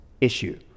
issue